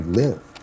live